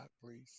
please